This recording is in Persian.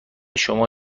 شما